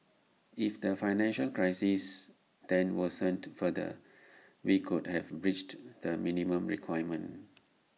if the financial crisis then worsened further we could have breached the minimum requirement